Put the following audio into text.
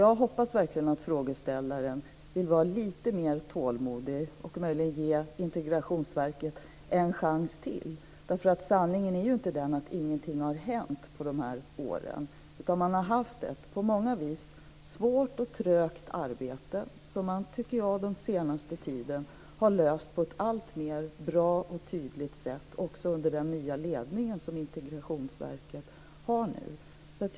Jag hoppas verkligen att frågeställaren vill vara lite mer tålmodig och möjligen ge Integrationsverket en chans till, därför att sanningen ju inte är att ingenting har hänt under dessa år. Man har haft ett på många vis svårt och trögt arbete som man, tycker jag, under den senaste tiden har utfört på ett allt bättre och tydligare sätt, också under den nya ledning som Integrationsverket nu har.